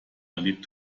lebt